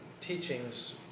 teachings